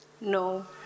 No